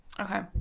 okay